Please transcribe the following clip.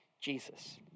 Jesus